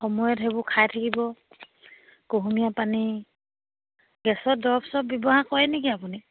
সময়ত সেইবোৰ খাই থাকিব কুহুনীয়া পানী গেছৰ দৰব চৰব ব্যৱহাৰ কৰে নেকি আপুনি